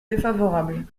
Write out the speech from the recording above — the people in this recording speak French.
défavorable